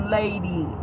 lady